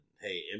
Hey